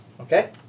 Okay